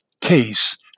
case